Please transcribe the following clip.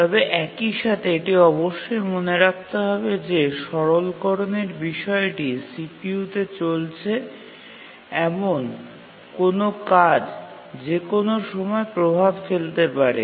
তবে একই সাথে এটি অবশ্যই মনে রাখতে হবে যে সরলকরণের বিষয়টি CPU তে চলছে এমন কোনও কাজ যে কোনও সময় প্রভাব ফেলতে পারে